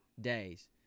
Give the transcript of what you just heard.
days